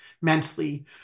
mentally